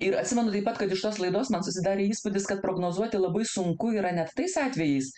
ir atsimenu taip pat kad iš tos laidos man susidarė įspūdis kad prognozuoti labai sunku yra net tais atvejais